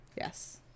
Yes